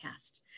podcast